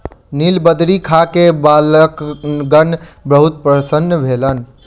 नीलबदरी खा के बालकगण बहुत प्रसन्न भेल